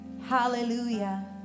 Hallelujah